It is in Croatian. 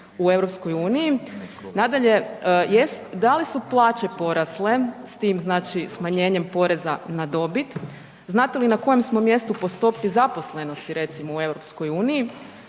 u EU? Nadalje, da li su plaće porasle s tim znači smanjenjem poreza na dobit? Znate li na kojem smo mjestu po stopi zaposlenosti